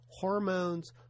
hormones